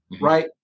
right